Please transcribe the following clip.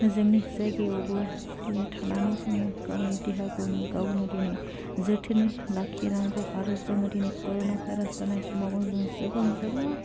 जोंनि जायगायावबो दिनै थानानै जोङो गावनि देहाखौनो गावनो दिनै जोथोनै लाखिनांगौ रो जोङो दिनै कर'ना भाइरास जानाय समावबो जों जोबां जोबां